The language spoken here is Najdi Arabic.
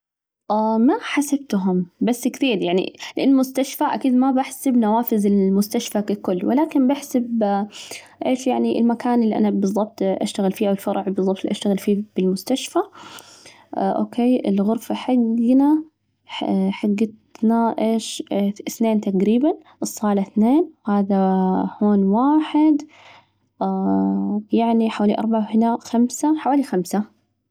ما حسبتهم بس كثير، يعني لأن مستشفى، أكيد ما بحسب نوافذ المستشفى ككل، ولكن بحسب إيش يعني، المكان اللي أنا بالظبط أشتغل فيه، بالفرع بالظبط اللي أشتغل فيه بالمستشفى أوكي؟ الغرفة حجنا ح حجتنا إيش؟ اثنان تجريباً، الصالة اثنين، وهذا هون واحد، يعني حوالي أربعة، وهنا خمسة، حوالي خمسة.